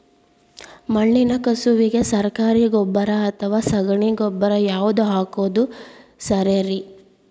ಮಣ್ಣಿನ ಕಸುವಿಗೆ ಸರಕಾರಿ ಗೊಬ್ಬರ ಅಥವಾ ಸಗಣಿ ಗೊಬ್ಬರ ಯಾವ್ದು ಹಾಕೋದು ಸರೇರಿ?